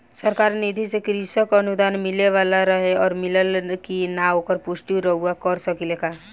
सरकार निधि से कृषक अनुदान मिले वाला रहे और मिलल कि ना ओकर पुष्टि रउवा कर सकी ला का?